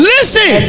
Listen